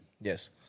Yes